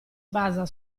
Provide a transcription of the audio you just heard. basa